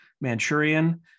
Manchurian